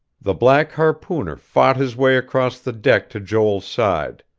the black harpooner fought his way across the deck to joel's side.